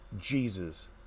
Jesus